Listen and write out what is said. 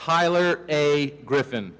tyler a griffin